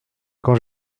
quand